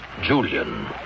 Julian